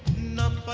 not